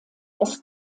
das